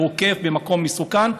והוא עוקף במקום מסוכן,